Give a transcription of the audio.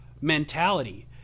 mentality